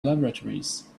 laboratories